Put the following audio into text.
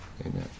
amen